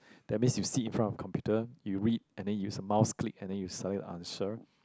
that means you see in front of computer you read and then you use the mouse click and then you select your answer